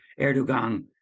Erdogan